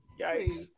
Yikes